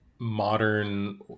Modern